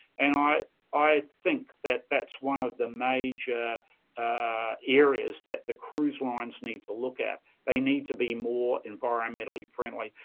and i i think that that's one of the major areas that the cruise lines need to look at. they need to be more environmentally-friendly.